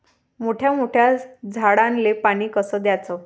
मोठ्या मोठ्या झाडांले पानी कस द्याचं?